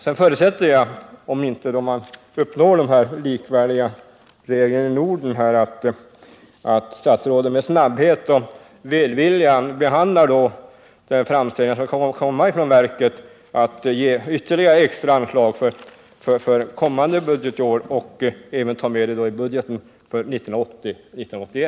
Om man inte kan åstadkomma likvärdiga regler för hela Norden förutsätter jag att statsrådet med snabbhet och välvilja behandlar de framställningar som kan komma från verket om ytterligare extra anslag för kommande budgetår och att hon även tar med medel i budgeten för 1980/81.